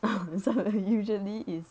usually is